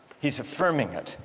he's affirming it.